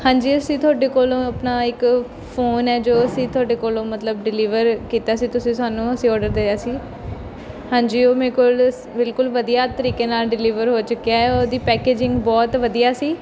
ਹਾਂਜੀ ਅਸੀਂ ਤੁਹਾਡੇ ਕੋਲੋਂ ਆਪਣਾ ਇੱਕ ਫੋਨ ਹੈ ਜੋ ਅਸੀਂ ਤੁਹਾਡੇ ਕੋਲੋਂ ਮਤਲਬ ਡਿਲੀਵਰ ਕੀਤਾ ਸੀ ਤੁਸੀਂ ਸਾਨੂੰ ਅਸੀਂ ਔਡਰ ਦੇਆ ਸੀ ਹਾਂਜੀ ਉਹ ਮੇਰੇ ਕੋਲ ਸ ਬਿਲਕੁਲ ਵਧੀਆ ਤਰੀਕੇ ਨਾਲ ਡਿਲੀਵਰ ਹੋ ਚੁੱਕਿਆ ਹੈ ਉਹਦੀ ਪੈਕਜਿੰਗ ਬਹੁਤ ਵਧੀਆ ਸੀ